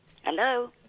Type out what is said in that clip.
Hello